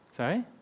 Sorry